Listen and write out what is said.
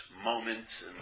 moment